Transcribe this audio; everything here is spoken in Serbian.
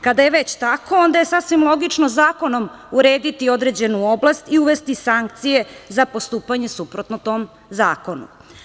Kada je već tako onda je sasvim logično zakonom urediti određenu oblast i uvesti sankcije za postupanje suprotno tom zakonu.